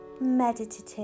meditative